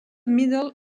middle